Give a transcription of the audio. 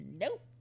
nope